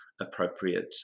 appropriate